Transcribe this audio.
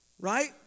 Right